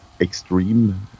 extreme